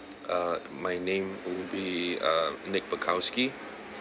ah my name would be ah nick pecowski